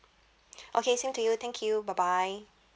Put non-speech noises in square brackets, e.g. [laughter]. [breath] okay same to you thank you bye bye